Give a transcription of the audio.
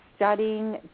studying